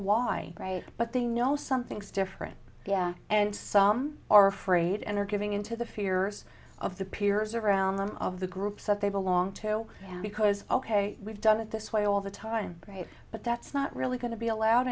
why right but they know something's different and some are afraid and are giving into the fears of the peers around them of the groups that they belong to because ok we've done it this way all the time right but that's not really going to be allowed